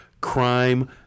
crime